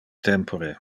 tempore